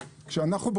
כשאנחנו,